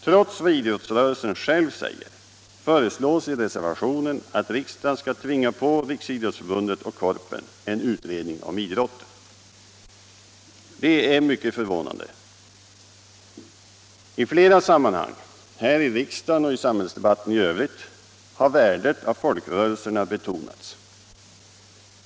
Trots det som idrottsrörelsen framhåller föreslås i reservationen att riksdagen skall tvinga på Riksidrottsförbundet och Korpen en utredning om idrotten. Det är mycket förvånande. I flera sammanhang, här i riksdagen och i samhällsdebatten för övrigt, har värdet av folkrörelserna betonats.